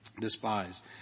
despise